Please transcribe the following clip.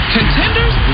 Contenders